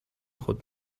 خود